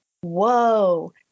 whoa